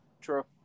True